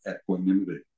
equanimity